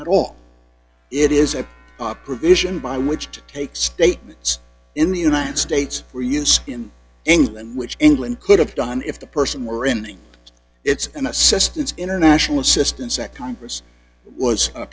at all it is a provision by which to take statements in the united states for use in england which england could have done if the person were in it's an assistance international assistance that congress was